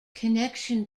connection